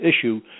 issue